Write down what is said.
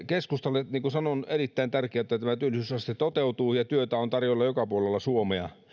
keskustalle niin kuin sanoin on erittäin tärkeää että tämä työllisyysaste toteutuu ja työtä on tarjolla joka puolella suomea